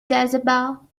jezebel